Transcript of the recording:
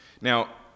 Now